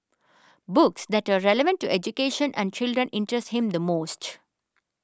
books that are relevant to education and children interest him the most